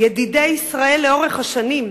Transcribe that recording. ידידי ישראל לאורך השנים,